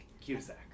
Cusack